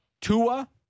Tua